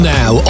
now